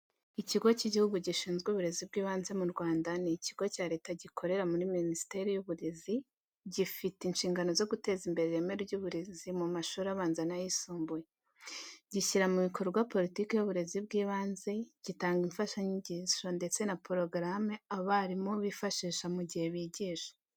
Ikigo cy’Igihugu gishinzwe uburezi bw’ibanze mu Rwanda ni ikigo cya Leta gikorera muri Minisiteri y’Uburezi, gifite inshingano zo guteza imbere ireme ry’uburezi mu mashuri abanza n’ayisumbuye. Gishyira mu bikorwa politiki y'uburezi bw'ibanze, gitanga imfashanyigisho ndetse na porogaramu abarimu bifashisha mu gihe bigisha.